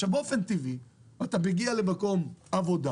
עכשיו באופן טבעי, אתה מגיע למקום עבודה